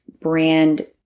brand